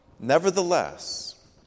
Nevertheless